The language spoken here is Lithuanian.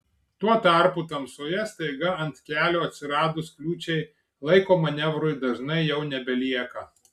tuo tarpu tamsoje staiga ant kelio atsiradus kliūčiai laiko manevrui dažnai jau nebelieka